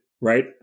right